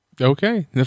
Okay